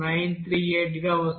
24938 గా వస్తోంది